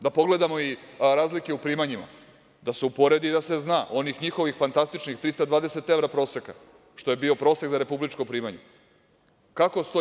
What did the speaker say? Da pogledamo i razlike u primanjima, da se uporedi i da se zna, onih njihovih fantastičnih 320 evra proseka, što je bio prosek za republičko primanje, kako stoji?